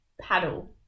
paddle